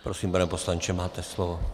Prosím, pane poslanče, máte slovo.